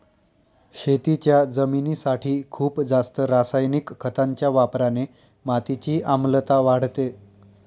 शेतीच्या जमिनीसाठी खूप जास्त रासायनिक खतांच्या वापराने मातीची आम्लता वाढते